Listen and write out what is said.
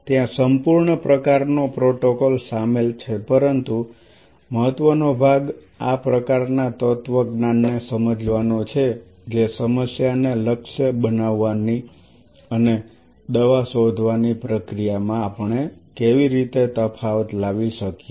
ત્યાં સંપૂર્ણ પ્રકારનો પ્રોટોકોલ સામેલ છે પરંતુ મહત્વનો ભાગ આ પ્રકારના તત્વજ્ઞાન ને સમજવાનો છે જે સમસ્યાને લક્ષ્ય બનાવવાની અને દવા શોધવાની પ્રક્રિયામાં આપણે કેવી રીતે તફાવત લાવી શકીએ